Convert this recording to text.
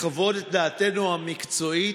לחוות את דעתנו המקצועית,